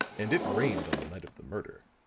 and it rained on the night of the murder.